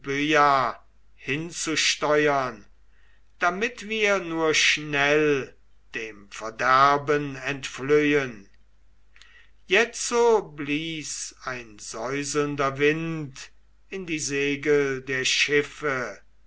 euböa hinzusteuern damit wir nur schnell dem verderben entflöhen jetzo blies ein säuselnder wind in die segel der schiffe